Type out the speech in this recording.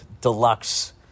Deluxe